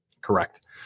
Correct